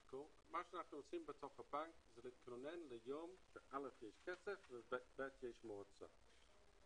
מה שאנחנו עושים בתוך הבנק זה להתכונן ליום שיש כסף ושיש מועצה.